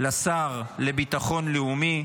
לשר לביטחון לאומי,